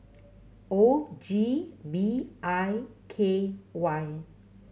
O G V I K Y